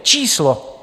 Číslo.